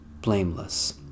blameless